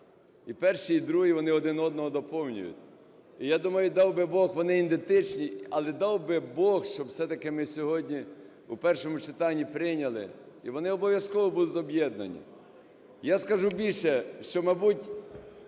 І перший, і другий - вони один одного доповнюють. І, я думаю, дав би Бог, вони ідентичні, але дав би Бог, щоб все-таки ми сьогодні в першому читанні прийняли, і вони обов'язково будуть об'єднані. Я скажу більше, що, мабуть,